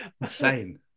Insane